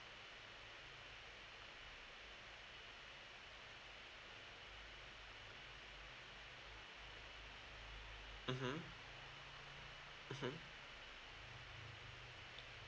mmhmm mmhmm